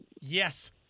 Yes